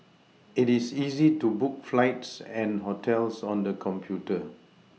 it is easy to book flights and hotels on the computer